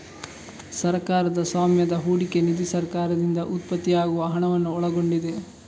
ಸರ್ಕಾರದ ಸ್ವಾಮ್ಯದ ಹೂಡಿಕೆ ನಿಧಿ ಸರ್ಕಾರದಿಂದ ಉತ್ಪತ್ತಿಯಾಗುವ ಹಣವನ್ನು ಒಳಗೊಂಡಿದೆ